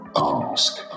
ask